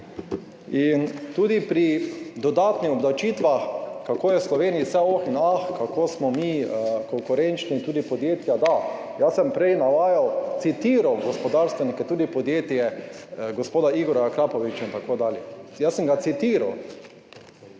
Tudi pri dodatnih obdavčitvah, kako je v Sloveniji vse oh in ah, kako smo mi konkurenčni in tudi podjetja. Da, jaz sem prej navajal, citiral gospodarstvenike, tudi podjetje gospoda Igorja Akrapoviča in tako dalje. Jaz sem ga citiral,